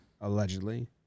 allegedly